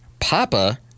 Papa